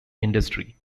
industry